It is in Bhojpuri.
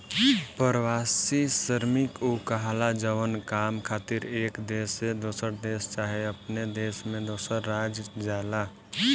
प्रवासी श्रमिक उ कहाला जवन काम खातिर एक देश से दोसर देश चाहे अपने देश में दोसर राज्य जाला